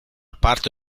parte